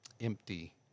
empty